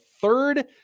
third